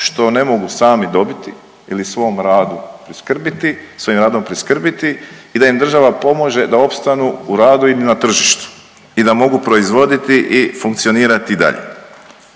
svom radu priskrbiti, svojim radom priskrbiti i da im država pomaže da opstanu u radu ili na tržištu i da mogu proizvoditi i funkcionirati i dalje